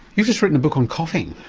you've just written a book on coughing.